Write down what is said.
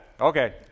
Okay